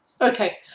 Okay